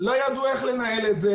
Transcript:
לא ידעו איך לנהל את זה.